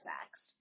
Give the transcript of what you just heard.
sex